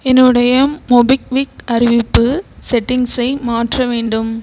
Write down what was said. என்னுடைய மோபிக்விக் அறிவிப்பு செட்டிங்ஸை மாற்ற வேண்டும்